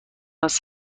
است